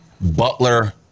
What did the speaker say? butler